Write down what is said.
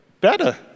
better